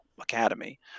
academy